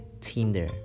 Tinder